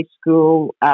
school